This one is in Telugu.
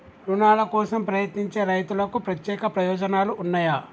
రుణాల కోసం ప్రయత్నించే రైతులకు ప్రత్యేక ప్రయోజనాలు ఉన్నయా?